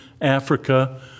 Africa